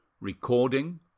Recording